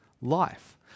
life